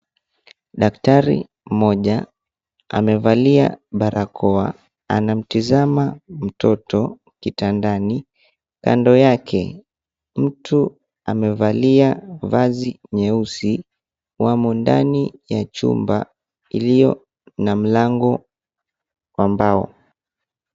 Daktari mmoja amevalia barakoa. Anamtizama mtoto kitandani. Kando yake mtu amevalia vazi nyeusi. Wamo ndani ya chumba ilio na mlango wa mbao.